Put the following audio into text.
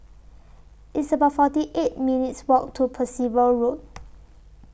It's about forty eight minutes' Walk to Percival Road